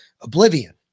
oblivion